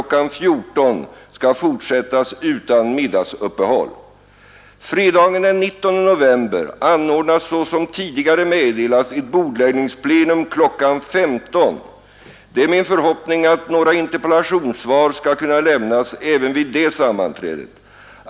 14.00, skall fortsättas utan middagsuppehåll. Fredagen den 19 november anordnas såsom tidigare meddelats ett bordläggningsplenum kl. 15.00. Det är min förhoppning att några interpellationssvar skall kunna lämnas även vid det sammanträdet.